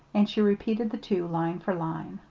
and she repeated the two, line for line.